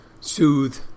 soothe